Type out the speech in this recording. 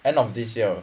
end of this year